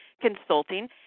Consulting